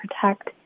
protect